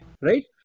right